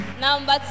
Number